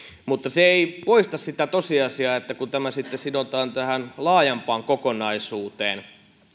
mutta se ei poista sitä tosiasiaa että kun tämä sitten sidotaan tähän laajempaan kokonaisuuteen